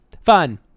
fun